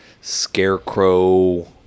scarecrow